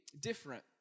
different